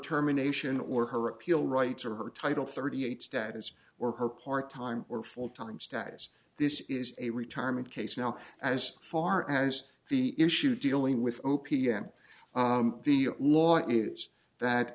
terminations or her appeal rights or her title thirty eight status or her part time or full time status this is a retirement case now as far as the issue dealing with o p m the law is that